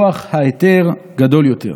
כוח ההיתר גדול יותר.